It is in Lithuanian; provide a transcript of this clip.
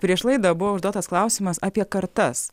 prieš laidą buvo užduotas klausimas apie kartas